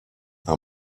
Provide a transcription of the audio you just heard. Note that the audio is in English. and